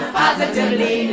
positively